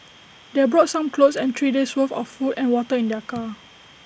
they brought some clothes and three days' worth of food and water in their car